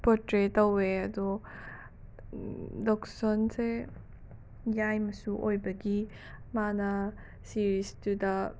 ꯄꯣꯇ꯭ꯔꯦ ꯇꯧꯋꯦ ꯑꯗꯣ ꯗꯣꯛꯁꯨꯟꯁꯦ ꯌꯥꯏꯃꯁꯨ ꯑꯣꯏꯕꯒꯤ ꯃꯥꯅ ꯁꯤꯔꯤꯁꯇꯨꯗ